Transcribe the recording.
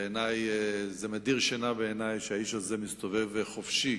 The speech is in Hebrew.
זה מדיר שינה מעיני שהאיש הזה מסתובב חופשי